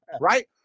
right